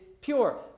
pure